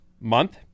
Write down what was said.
Month